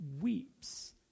weeps